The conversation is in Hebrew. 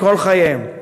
כל חייהם.